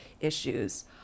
issues